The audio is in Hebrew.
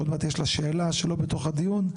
עוד מעט יש לה שאלה שלא בתוך הדיון.